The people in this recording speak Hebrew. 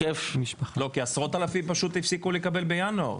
כי עשרות אלפים פשוט הפסיקו לקבל בינואר.